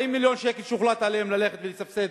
40 מיליון שקל שהוחלט עליהם כדי ללכת ולסבסד